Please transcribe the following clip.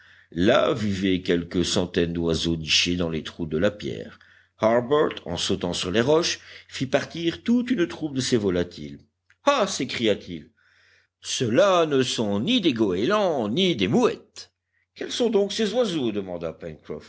là vivaient quelques centaines d'oiseaux nichés dans les trous de la pierre harbert en sautant sur les roches fit partir toute une troupe de ces volatiles ah s'écria-t-il ceux-là ne sont ni des goélands ni des mouettes quels sont donc ces oiseaux demanda